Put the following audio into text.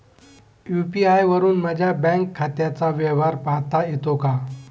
UPI वरुन माझ्या bank खात्याचा व्यवहार पाहता येतो का?